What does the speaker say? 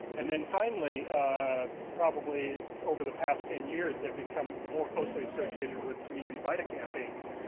and then finally probably over the past ten years they've become more closely associated with community vita campaigns,